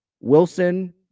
Wilson